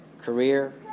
career